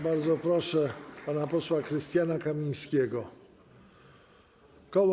Bardzo proszę pana posła Krystiana Kamińskiego, koło